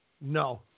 no